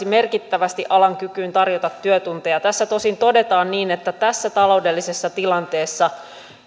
merkittävästi alan kykyyn tarjota työtunteja tässä tosin todetaan niin että tässä taloudellisessa tilanteessa